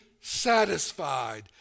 satisfied